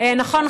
נכון,